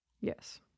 yes